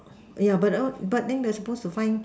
yeah but all but then we are suppose to find